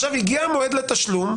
כשהגיע המועד לתשלום,